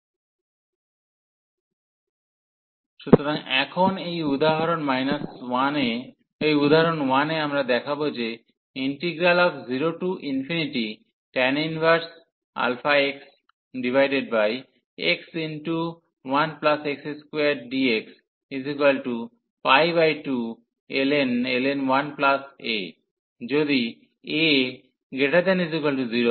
ddαab∂fxα∂αdx OR ddαabfxαdxab∂fxα∂αdx সুতরাং এখন এই উদাহরণ 1 এ আমরা দেখাব যে ইন্টিগ্রাল 0tan 1axx1x2dx2ln 1a যদি a≥0 হয়